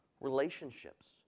relationships